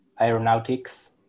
aeronautics